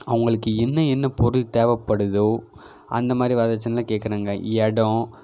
அவங்களுக்கு என்ன என்ன பொருள் தேவைப்படுதோ அந்தமாதிரி வரதட்சணைலாம் கேட்கறாங்க இடம்